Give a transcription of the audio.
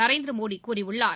நரேந்திரமோடி கூறியுள்ளார்